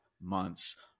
months